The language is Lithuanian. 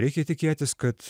reikia tikėtis kad